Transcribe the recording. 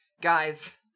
guys